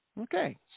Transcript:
Okay